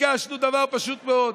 ביקשנו דבר פשוט מאוד: